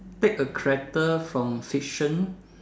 take a character from fiction